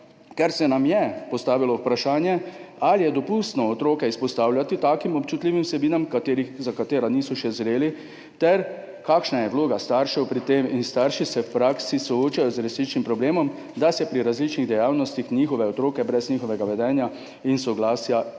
ker se nam je postavilo vprašanje, ali je dopustno otroke izpostavljati takim občutljivim vsebinam, za katere še niso zreli, ter kakšna je vloga staršev pri tem. Starši se v praksi soočajo z resničnim problemom, da se pri različnih dejavnostih njihove otroke brez njihovega vedenja in soglasja izpostavlja